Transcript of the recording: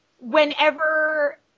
whenever